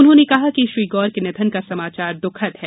उन्होंने कहा कि श्री गौर के निधन का समाचार दूःखद है